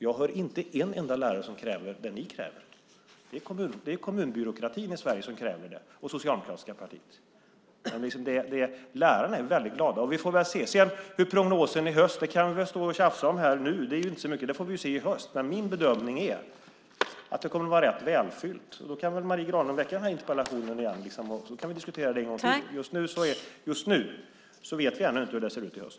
Jag hör inte en enda lärare kräva det ni kräver. Det är kommunbyråkratin i Sverige och det socialdemokratiska partiet som kräver det. Lärarna är väldigt glada, men vi får väl se. Prognosen i höst kan vi nu stå här och tjafsa om, men det ger inte så mycket. Det där får vi se i höst. Min bedömning är att det kommer att vara rätt välfyllt. Då kan väl Marie Granlund ställa samma interpellation igen så kan vi diskutera det här en gång till. Just nu vet vi alltså inte hur det ser ut i höst.